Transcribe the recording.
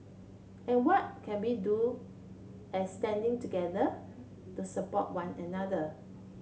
and what can we do as standing together to support one another